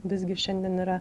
visgi šiandien yra